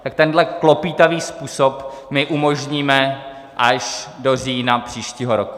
Tak tenhle klopýtavý způsob my umožníme až do října příštího roku.